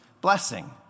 blessing